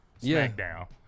SmackDown